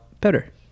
better